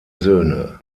söhne